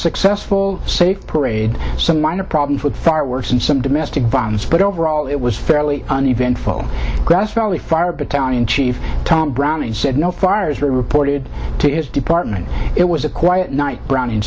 successful safe parade some minor problems with fireworks and some domestic violence but overall it was fairly uneventful grass valley fire battalion chief tom brown and said no fires reported to his department it was a quiet night brown